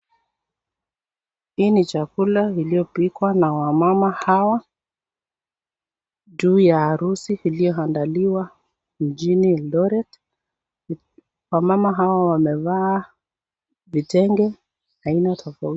Hii ni chakula iliyopikwa na wamama hawa juu ya harusi iliyoandaliwa mjini Eldoret. Wamama hawa wamevaa vitenge aina tofauti.